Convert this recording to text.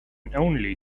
only